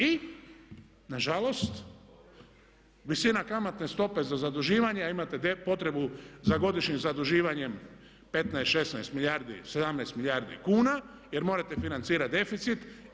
I na žalost visina kamatne stope za zaduživanje, a imate potrebu za godišnjim zaduživanjem 15, 16 milijardi, 17 milijardi kuna jer morate financirati deficit.